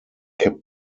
kept